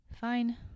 Fine